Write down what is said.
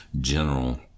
General